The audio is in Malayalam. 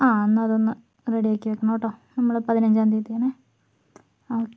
ആ എന്നാൽ അതൊന്ന് റെഡി ആക്കി വെക്കണം കേട്ടോ നമ്മൾ പതിനഞ്ചാം തീയതിയാണെ ഓക്കെ